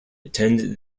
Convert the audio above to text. attend